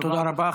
תודה רבה,